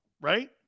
right